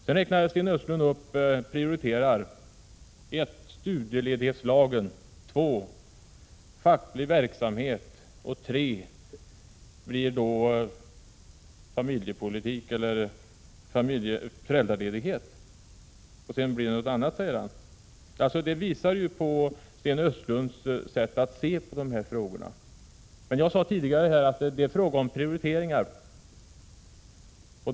Sedan prioriterade Sten Östlund: 1. studieledighetslagen, 2. facklig verksamhet och 3. föräldraledighet. Sedan blir det något annat, säger han. Detta visar hur Sten Östlund ser på dessa frågor. Tidigare framhöll jag att det rör sig om prioriteringar.